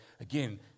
again